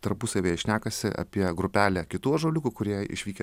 tarpusavyje šnekasi apie grupelę kitų ąžuoliukų kurie išvykę